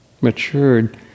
matured